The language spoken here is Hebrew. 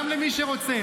גם למי שרוצה.